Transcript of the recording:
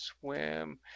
swim